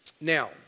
Now